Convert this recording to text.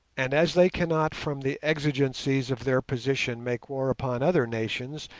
and as they cannot from the exigencies of their position make war upon other nations,